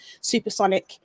supersonic